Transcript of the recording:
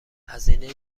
هزینه